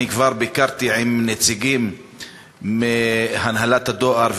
אני כבר ביקרתי עם נציגים מהנהלת הדואר,